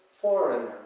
foreigner